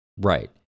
Right